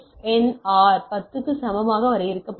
R 10 க்கு சமமாக வரையறுக்கப்படுகிறது